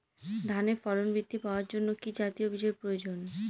ধানে ফলন বৃদ্ধি পাওয়ার জন্য কি জাতীয় বীজের প্রয়োজন?